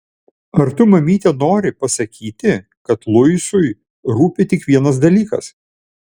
ar tu mamyte nori pasakyti kad luisui rūpi tik vienas dalykas